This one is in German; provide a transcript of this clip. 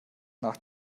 nach